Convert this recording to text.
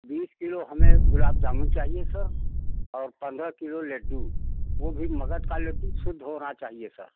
बीस किलो हमें गुलाब जामुन चाहिए सर और पंद्रह किलो लड्डू वो भी मगध का लड्डू शुद्ध होना चाहिए सर